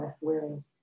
wearing